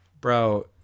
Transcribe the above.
Bro